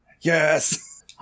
Yes